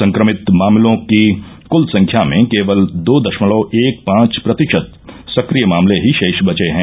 संक्रमित मामलों की क्ल संख्या में केवल दो दशमलव एक पांच प्रतिशत संक्रिय मामले ही रोष बचे है